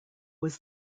was